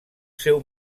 seu